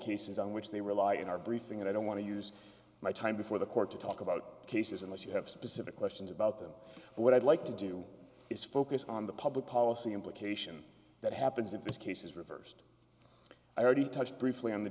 cases on which they rely in our briefing and i don't want to use my time before the court to talk about cases in which you have specific questions about them but what i'd like to do is focus on the public policy implication that happens in this case is reversed i already touched briefly on the